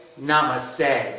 namaste